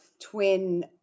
twin